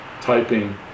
typing